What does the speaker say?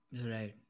Right